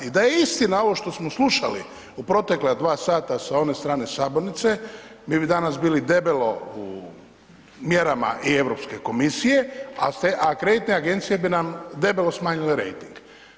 I da je istina ovo što smo slušali u protekla 2 sata sa one strane sabornice mi bi danas bili debelo u mjerama i Europske komisije, a kreditne agencije bi nam debelo smanjile rejting.